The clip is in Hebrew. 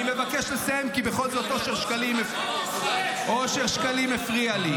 אני מבקש לסיים, כי בכל זאת, אושר שקלים הפריע לי.